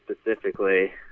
specifically